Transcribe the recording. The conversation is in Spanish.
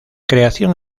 creación